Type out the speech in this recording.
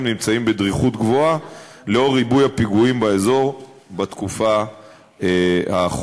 נמצאים בדריכות גבוהה לאור ריבוי הפיגועים באזור בתקופה האחרונה.